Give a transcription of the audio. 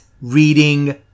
reading